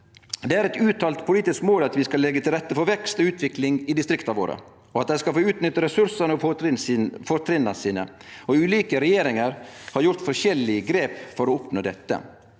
Det er eit uttalt politisk mål at vi skal leggje til rette for vekst og utvikling i distrikta våre, og at dei skal få utnytte ressursane og fortrinna sine. Ulike regjeringar har gjort forskjellige grep for å oppnå dette.